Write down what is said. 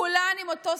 כולן עם אותו סיפור.